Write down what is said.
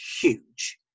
huge